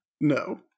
No